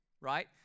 right